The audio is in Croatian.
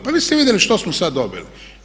Pa vi ste vidjeli što smo sad dobili.